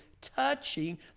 touching